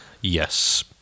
Yes